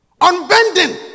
unbending